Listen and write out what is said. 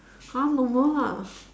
!huh! normal lah